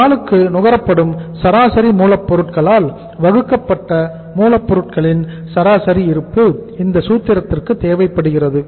ஒருநாளுக்கு நுகரப்படும் சராசரி மூலப் பொருட்களால் வகுக்கப்பட்ட மூலப் பொருட்களின் சராசரி இருப்பு இந்த சூத்திரத்திற்கு தேவைப்படுகிறது